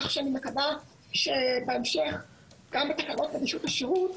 כך שאני מקווה שבהמשך גם בתקנות נגישות השירות